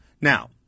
Now